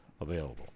available